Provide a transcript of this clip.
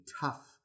tough